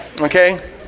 okay